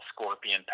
Scorpion